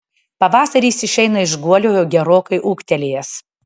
pavasarį jis išeina iš guolio jau gerokai ūgtelėjęs